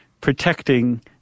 protecting